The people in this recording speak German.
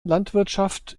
landwirtschaft